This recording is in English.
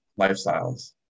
lifestyles